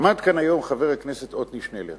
עמד כאן היום חבר הכנסת עתניאל שנלר